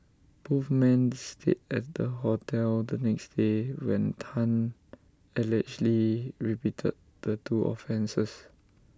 both men stayed at the hotel the next day when Tan allegedly repeated the two offences